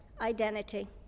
identity